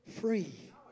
free